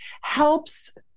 helps